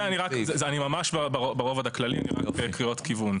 כן, אני ממש ברובד הכללי, רק נותן קריאות כיוון.